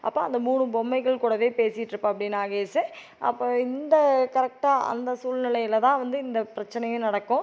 அப்போ அந்த மூணு பொம்மைகள் கூடவே பேசிட்ருப்பாப்டி நாகேஸு அப்போ இந்த கரெக்டாக அந்த சூழ்நிலையில தான் வந்து இந்த பிரச்சனையும் நடக்கும்